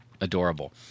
adorable